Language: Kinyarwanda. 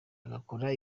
agakora